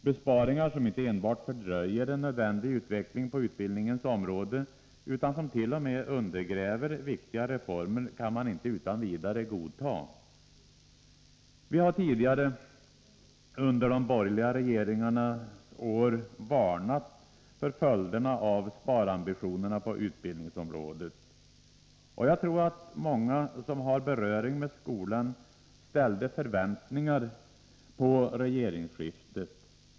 Besparingar som inte enbart fördröjer en nödvändig utveckling på utbildningens område, utan som t.o.m. undergräver viktiga reformer, kan man inte utan vidare godta. Vi har tidigare under de borgerliga regeringarnas år varnat för följderna av sparambitionerna på utbildningsområdet. Jag tror att många som har beröring med skolan ställde förväntningar på regeringsskiftet.